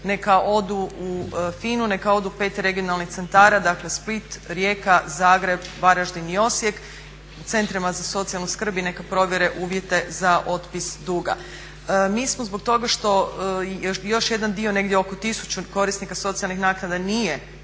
neka odu u FINA-u, neka odu u 5 regionalnih centara, dakle Split, Rijeka, Zagreb, Varaždin i Osijek, u centrima za socijalnu skrb i neka provjere uvjete za otpis duga. Mi smo zbog toga što još jedan dio negdje oko tisuću korisnika socijalnih naknada nije